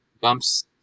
bumps